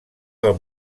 del